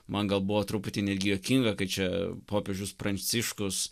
man gal buvo truputį netgi juokinga kai čia popiežius pranciškus